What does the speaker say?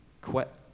quit